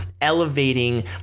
elevating